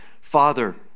Father